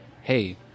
Hey